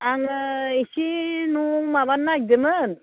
आङो एसे न' माबानो नागेरदोंमोन